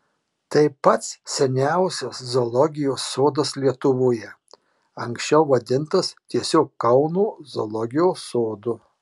tai pats seniausias zoologijos sodas lietuvoje anksčiau vadintas tiesiog kauno zoologijos sodu